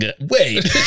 wait